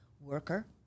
worker